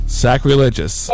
sacrilegious